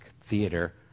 theater